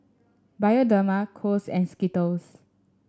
Bioderma Kose and Skittles